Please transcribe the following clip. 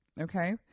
Okay